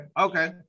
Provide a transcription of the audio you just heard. okay